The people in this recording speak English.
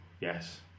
Yes